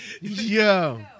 Yo